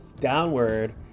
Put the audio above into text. downward